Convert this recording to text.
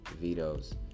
vetoes